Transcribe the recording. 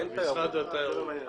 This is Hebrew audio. משרד התיירות.